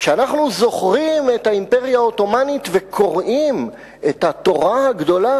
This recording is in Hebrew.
כשאנחנו זוכרים את האימפריה העות'מאנית וקוראים את התורה הגדולה